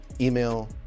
email